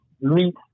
Meet